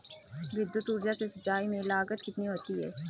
विद्युत ऊर्जा से सिंचाई में लागत कितनी होती है?